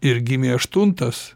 ir gimė aštuntas